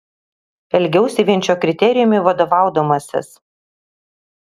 elgiausi vien šiuo kriterijumi vadovaudamasis